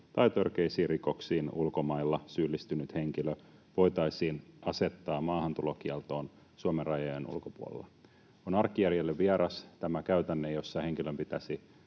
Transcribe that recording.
tai törkeisiin rikoksiin ulkomailla syyllistynyt henkilö voitaisiin asettaa maahantulokieltoon Suomen rajojen ulkopuolella. On arkijärjelle vieras tämä käytänne, jossa henkilön pitäisi